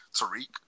Tariq